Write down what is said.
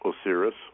Osiris